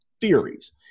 theories